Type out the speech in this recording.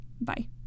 Bye